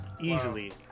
easily